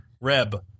Reb